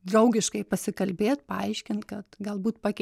draugiškai pasikalbėt paaiškint kad galbūt pakei